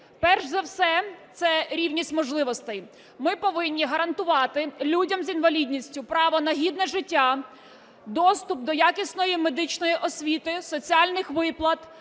Перш за все це рівність можливостей. Ми повинні гарантувати людям з інвалідністю право на гідне життя, доступ до якісної медичної освіти, соціальних виплат,